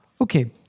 Okay